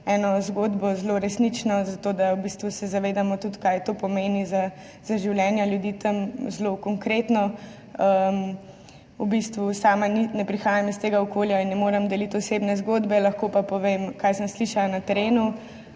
zgodbo, zelo resnično, zato da se zavedamo tudi, kaj to pomeni za življenja ljudi tam zelo konkretno. Sama ne prihajam iz tega okolja in ne morem deliti osebne zgodbe, lahko pa povem, kaj sem slišala na terenu.